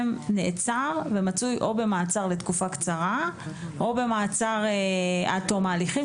נעצר ומצוי או במעצר לתקופה קצרה או במעצר עד תום ההליכים,